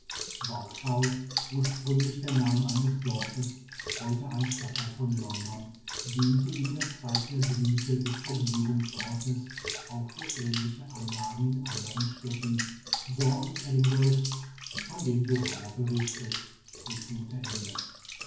ursprünglich der name eines dorfes heute ein stadtteil von london diente in der zeite der blüte des vergnügungsortes auch für ähnliche anlagen in anderen städten so auch in edinburgh von dem johanna berichtet